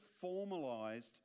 formalized